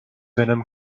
venom